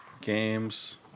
games